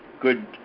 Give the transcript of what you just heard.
good